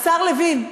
השר לוין,